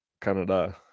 Canada